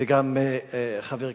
וגם חבר הכנסת,